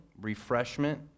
refreshment